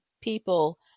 people